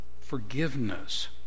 forgiveness